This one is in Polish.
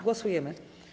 Głosujemy.